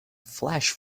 flash